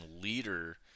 leader